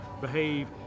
behave